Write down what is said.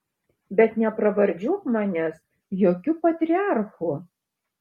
bet nepravardžiuok manęs jokiu patriarchu